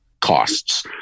costs